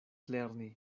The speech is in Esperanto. lerni